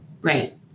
Right